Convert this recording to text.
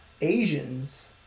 Asians